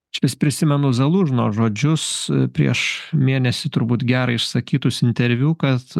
aš vis prisimenu zalužno žodžius prieš mėnesį turbūt gerą išsakytus interviu kad